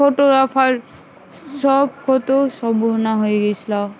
photographer সব কত হয়ে গিয়েছিল